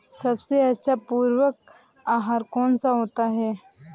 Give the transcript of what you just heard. सबसे अच्छा पूरक आहार कौन सा होता है?